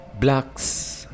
Blacks